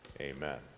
Amen